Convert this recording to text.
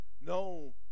No